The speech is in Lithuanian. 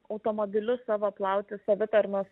automobilius savo plauti savitarnos